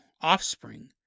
offspring